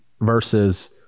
versus